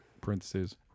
parentheses